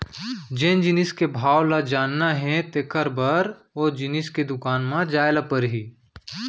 जेन जिनिस के भाव ल जानना हे तेकर बर ओ जिनिस के दुकान म जाय ल परही